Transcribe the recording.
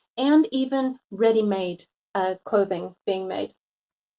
and even ready-made ah clothing being made.